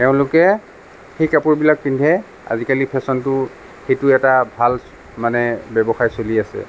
তেওঁলোকে সেই কাপোৰ বিলাক পিন্ধে আজিকালি ফেশ্ৱনটো সেইটো এটা ভাল মানে ব্যৱসায় চলি আছে